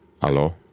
Hello